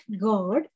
God